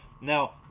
Now